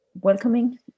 welcoming